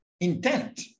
intent